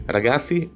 Ragazzi